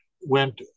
went